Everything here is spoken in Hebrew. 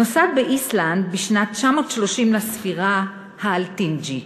נוסד באיסלנד בשנת 930 לספירה האלת'ינגי,